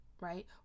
right